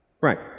Right